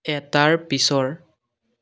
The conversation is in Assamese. এটাৰ পিছৰ